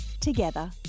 together